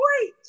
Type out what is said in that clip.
wait